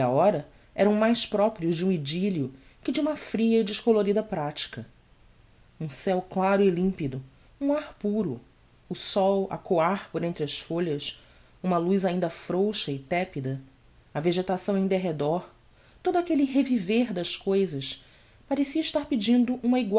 hora eram mais proprios de um idylio que de uma fria e descolorida pratica um ceu claro e limpido um ar puro o sol a coar por entre as folhas uma luz ainda frouxa e tepida a vegetação em derredor todo aquelle reviver das cousas parecia estar pedindo uma